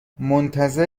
منتظر